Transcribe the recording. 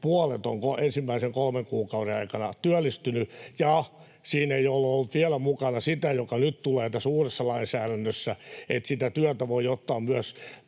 puolet on ensimmäisen kolmen kuukauden aikana työllistynyt, ja siinä ei ole ollut vielä mukana sitä, mikä nyt tulee tässä uudessa lainsäädännössä, että sitä työtä voi ottaa myös